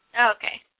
Okay